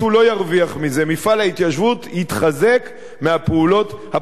מפעל ההתיישבות יתחזק מהפעולות הפוליטיות האלה.